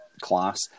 class